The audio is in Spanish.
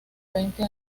veinte